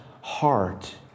heart